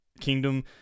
kingdom